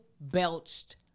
belched